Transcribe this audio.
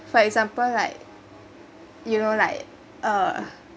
for example like you know like uh